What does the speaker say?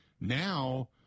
now